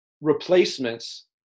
replacements